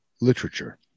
literature